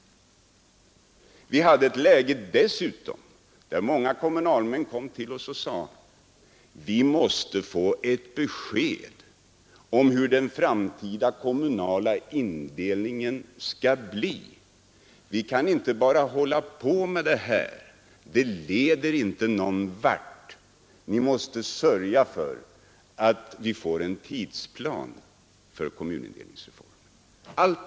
Läget var vidare att många kommunalmän kom till oss och sade: Vi måste få ett besked om hur den framtida kommunala indelningen skall bli. Vi kan inte bara hålla på som vi gör nu; det leder inte någon vart. Ni måste sörja för att vi får en tidsplan för kommunindelningsreformen.